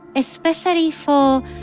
especially for